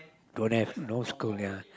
don't have no school ya